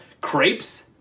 crepes